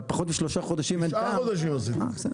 אבל פחות משלושה חודשים אין טעם.